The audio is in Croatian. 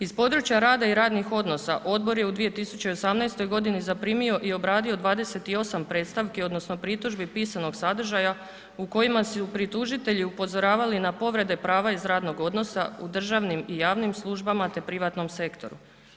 Iz područja rada i radnih odnosa odbor je u 2018. godini zaprimio i obradio 28 predstavki odnosno pritužbi pisanog sadržaja u kojima su pritužitelji upozoravali na povrede prava iz radnog odnosa u državnim i javnim službama te privatnom sektoru.